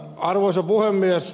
arvoisa puhemies